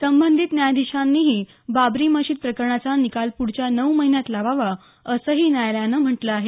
संबंधित न्यायाधीशांनीही बाबरी मशीद प्रकरणाचा निकाल पुढच्या नऊ महिन्यांत लावावा असंही न्यायालयानं म्हटलं आहे